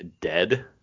dead—